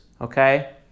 okay